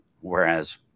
whereas